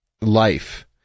life